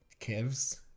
Kevs